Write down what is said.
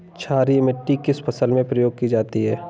क्षारीय मिट्टी किस फसल में प्रयोग की जाती है?